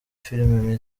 filime